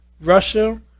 Russia